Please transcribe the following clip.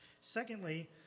Secondly